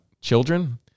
children